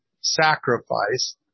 sacrifice